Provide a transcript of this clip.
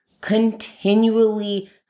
continually